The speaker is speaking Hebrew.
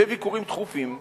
בביקורים תכופים ובתמיכה,